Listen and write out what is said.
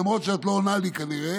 למרות שאת לא עונה לי כנראה,